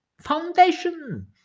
Foundation